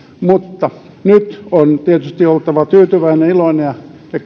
mutta nyt on tietysti oltava tyytyväinen ja iloinen ja